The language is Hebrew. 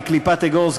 בקליפת אגוז,